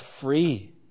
free